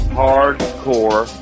hardcore